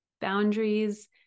Boundaries